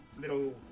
little